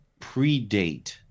predate